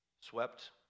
swept